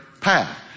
path